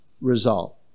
result